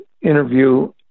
interview